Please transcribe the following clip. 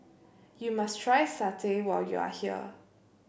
you must try satay when you are here